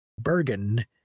Bergen